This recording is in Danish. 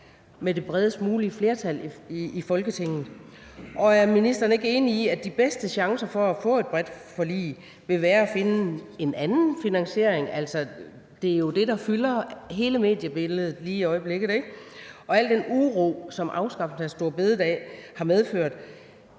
med det bredest mulige flertal i Folketinget, og om ministeren ikke er enig i, at de bedste chancer for at få et bredt forlig vil være at finde en anden finansiering. Altså, det er jo det, der fylder hele mediebilledet lige i øjeblikket, ikke? Og med al den uro, som afskaffelsen af store bededag har medført,